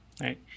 right